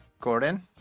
Gordon